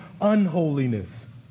unholiness